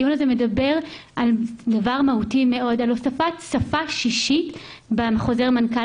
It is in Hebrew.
הדיון הזה מדבר על דבר מהותי מאוד: על הוספת שפה שישית בחוזר מנכ"ל.